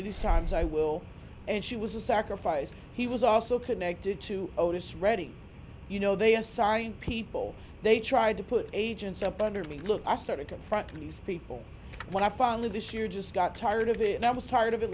of these times i will and she was a sacrifice he was also connected to otis redding you know they assigned people they tried to put agents up under me look i started confront these people when i finally this year just got tired of it i was tired of it